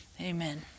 amen